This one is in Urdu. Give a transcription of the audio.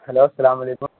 ہلو السلام علیکم